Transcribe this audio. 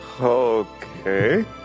okay